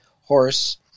horse